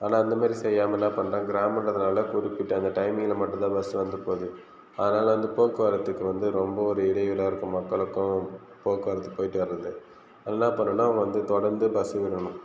ஆனால் அந்த மாதிரி செய்யாமல் என்ன பண்றா கிராமங்கிறதுனால குறிப்பிட்ட அந்த டைமிங்கில் மட்டும் தான் பஸ் வந்து போகுது அதனால் வந்து போக்குவரத்துக்கு வந்து ரொம்ப ஒரு இடையூறாக இருக்கும் மக்களுக்கும் போக்குவரத்து போய் விட்டு வரது அது என்ன பண்ண வேண்டும் என்றால் அவங்க வந்து தொடர்ந்து பஸ் விடணும்